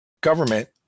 government